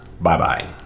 bye-bye